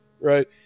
right